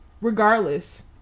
regardless